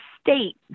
state